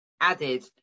added